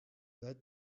that